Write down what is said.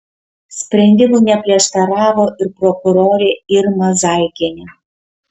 sprendimui neprieštaravo ir prokurorė irma zaikienė